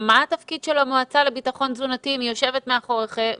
מה התפקיד של המועצה לביטחון תזונתי אם היא יושבת מתחתכם?